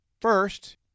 First